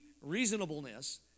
reasonableness